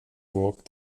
walk